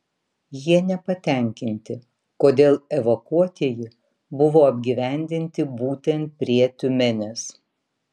jie nepatenkinti kodėl evakuotieji buvo apgyvendinti būtent prie tiumenės